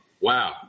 wow